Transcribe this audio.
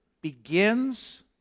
begins